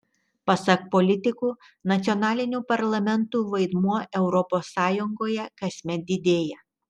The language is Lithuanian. pasak politikų nacionalinių parlamentų vaidmuo europos sąjungoje kasmet didėja